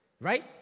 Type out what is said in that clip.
right